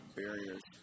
barriers